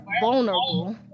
vulnerable